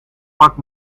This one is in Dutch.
pak